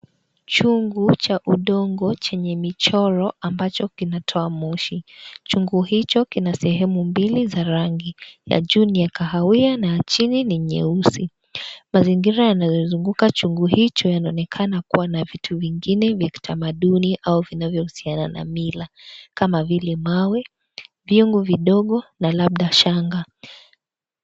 Chungu cha udongo chenye michoro ambacho kinatoa moshi, chungu hicho kina sehemu mbili za rangi, ya juu ni ya kahawia na ya chini ni nyeusi, mazingira yanayozunguka chungu hicho yanaonekana kuwa na vitu vingine vya kitamaduni au vinavyohusiana na mila, kama vile mawe, vyungu vidogo na labda shanga.